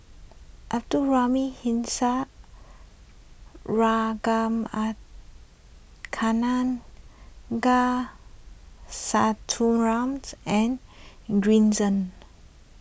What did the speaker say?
Abdul Rahim and Green Zeng